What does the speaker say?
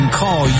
call